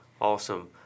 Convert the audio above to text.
Awesome